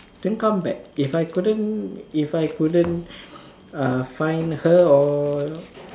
then come back if I couldn't if I couldn't uh find her or it